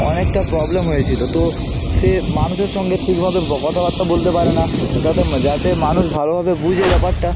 অনেকটা প্রবলেম হয়েছিলো তো সে মানুষের সঙ্গে ঠিকভাবে ব কথাবার্তা বলতে পারে না তাতে যাতে মানুষ ভালোভাবে বোঝে ব্যাপারটা